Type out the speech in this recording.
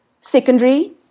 secondary